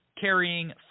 carrying